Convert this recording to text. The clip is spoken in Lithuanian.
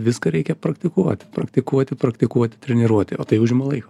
viską reikia praktikuoti praktikuoti praktikuoti treniruoti o tai užima laiko